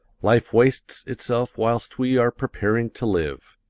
life wastes itself whilst we are preparing to live.